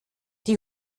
die